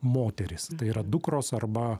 moterys tai yra dukros arba